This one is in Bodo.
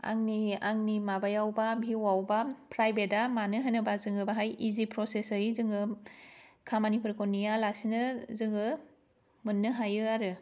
आंनि आंनि माबायावबा भिउआवबा प्राइभेट आ मानो होनोबा जोङो बाहाय इजि प्रसेस यै जोङो खामानिफोरखौ नेयालासिनो जोङो मोननो हायो आरो